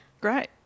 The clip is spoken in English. Great